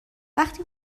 وقتی